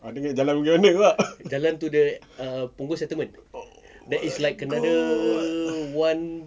ah dia nak jalan pergi mana pula !aduh!